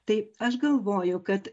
tai aš galvoju kad